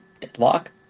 Deadlock